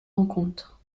rencontres